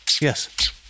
Yes